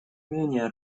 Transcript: менее